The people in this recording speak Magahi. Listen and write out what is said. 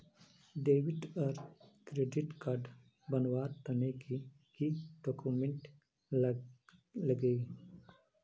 डेबिट आर क्रेडिट कार्ड बनवार तने की की डॉक्यूमेंट लागे?